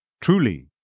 Truly